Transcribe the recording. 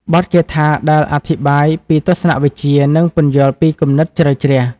បទគាថាដែលអធិប្បាយពីទស្សនវិជ្ជា និងពន្យល់ពីគំនិតជ្រៅជ្រះ។